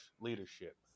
leadership